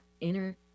inner